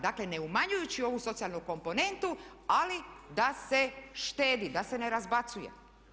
Dakle, ne umanjujući ovu socijalnu komponentu ali da se štedi, da se ne razbacuje.